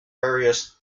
various